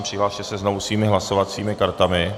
Přihlaste se znovu svými hlasovacími kartami.